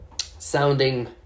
sounding